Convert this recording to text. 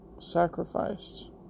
sacrificed